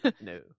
No